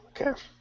Okay